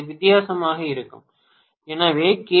இது வித்தியாசமாக இருக்கும் எனவே கே